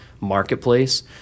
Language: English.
marketplace